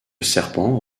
serpent